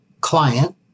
client